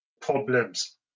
problems